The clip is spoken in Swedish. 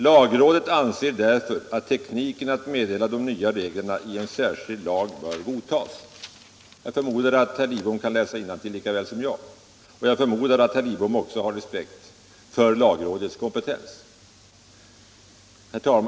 Lagrådet anser därför, att tekniken att meddela de nya reglerna i en särskild lag bör godtas.” — Jag förmodar att herr Lidbom kan läsa innantill lika väl som jag, och jag förmodar att herr Lidbom också har respekt för lagrådets kompetens.